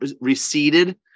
receded